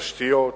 תשתיות,